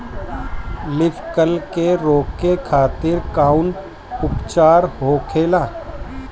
Leaf curl के रोके खातिर कउन उपचार होखेला?